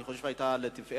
אני חושב שהיתה לתפארת,